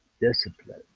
discipline